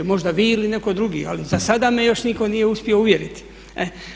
Možda vi ili netko drugi, ali za sada me još nitko nije uspio uvjeriti.